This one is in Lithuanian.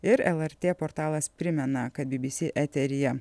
ir lrt portalas primena kad bbc eteryje